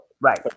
right